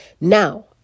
Now